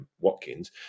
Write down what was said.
Watkins